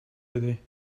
today